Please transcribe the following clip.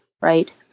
right